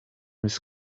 his